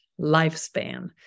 lifespan